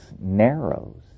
narrows